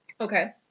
Okay